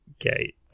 Okay